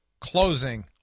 closing